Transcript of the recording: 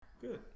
Good